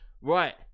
Right